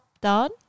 done